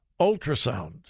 ultrasound